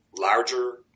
Larger